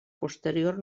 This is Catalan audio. posterior